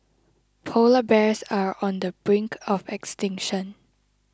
Polar Bears are on the brink of extinction